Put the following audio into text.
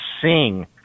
sing